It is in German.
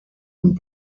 und